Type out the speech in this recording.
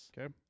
okay